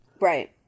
Right